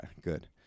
good